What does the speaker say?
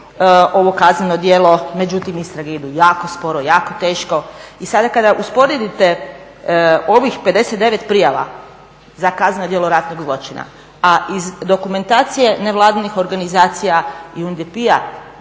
ovo kazneno djelo, međutim, istrage idu jako sporo, jako teško. I sada kada usporedite ovih 59 prijava za kazneno djelo ratnog zločina a iz dokumentacije nevladinih organizacij a UNDP-a